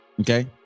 Okay